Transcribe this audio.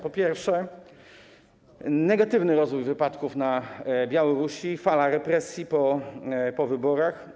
Po pierwsze, negatywny rozwój wypadków na Białorusi, falę represji po wyborach.